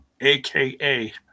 AKA